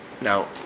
now